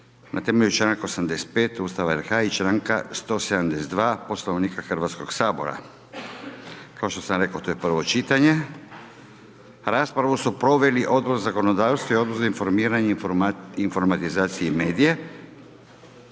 na temelju čl. 85. Ustava RH i čl. 172. Poslovnika Hrvatskog sabora. Kao što sam rekao, to je prvo čitanje, raspravu su proveli, Odbor za zakonodavstvo i Odbor za informiranje, informatizacije i medije.